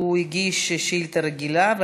הוא הגיש הצעה רגילה לסדר-היום,